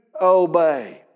obey